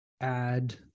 add